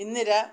Indira